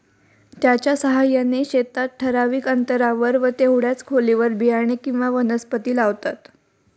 त्याच्या साहाय्याने शेतात ठराविक अंतरावर व तेवढ्याच खोलीवर बियाणे किंवा वनस्पती लावतात